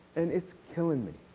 and is killing me.